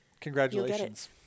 congratulations